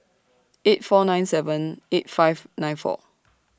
eight four nine seven eight five nine four